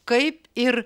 kaip ir